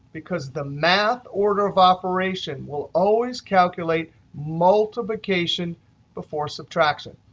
because the math order of operation will always calculate multiplication before subtraction.